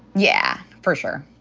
yeah, for sure.